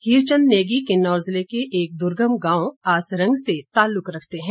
हीरचंद नेगी किन्नौर जिले के एक दुर्गम गांव आसरंग से तालुक रखते हैं